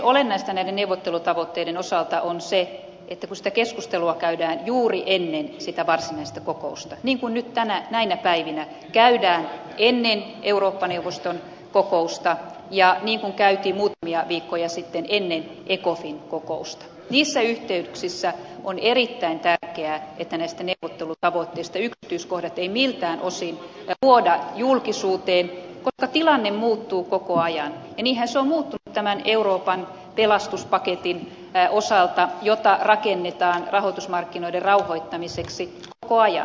olennaista näiden neuvottelutavoitteiden osalta on se että kun sitä keskustelua käydään juuri ennen varsinaista kokousta niin kuin nyt näinä päivinä käydään ennen eurooppa neuvoston kokousta ja niin kuin käytiin muutamia viikkoja sitten ennen ecofin kokousta niissä yhteyksissä on erittäin tärkeää että näistä neuvottelutavoitteista yksityiskohdat eivät miltään osin vuoda julkisuuteen koska tilanne muuttuu koko ajan ja niinhän se on muuttunut tämän euroopan pelastuspaketin osalta jota rakennetaan rahoitusmarkkinoiden rauhoittamiseksi koko ajan